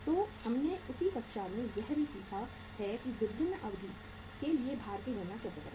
तो हमने उसी कक्षा में यह भी सीखा है कि विभिन्न अवधि के लिए भार की गणना कैसे करें